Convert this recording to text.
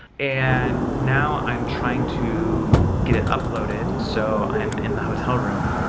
and now, i'm trying to get it uploaded. so, i am in the hotel room,